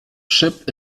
ship